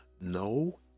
No